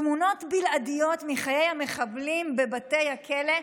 תמונות בלעדיות מחיי המחבלים בבתי הכלא".